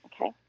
Okay